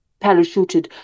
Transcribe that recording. parachuted